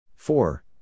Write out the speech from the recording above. Four